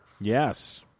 Yes